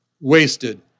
wasted